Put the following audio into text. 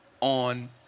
on